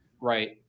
right